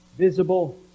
Visible